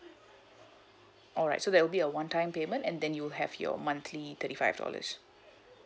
alright so there will be a one time payment and then you have your monthly thirty five dollars